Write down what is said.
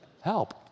help